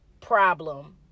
problem